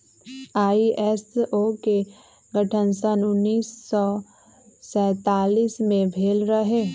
ISO के गठन सन उन्नीस सौ सैंतालीस में भेल रहै